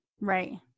Right